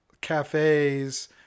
cafes